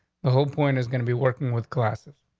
the whole point is gonna be working with classes.